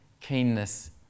keenness